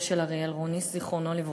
אריאל רוניס, זיכרונו לברכה.